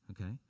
okay